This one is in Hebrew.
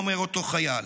אומר אותו חייל.